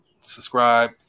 subscribe